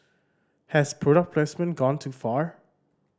has product placement gone too far